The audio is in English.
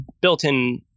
built-in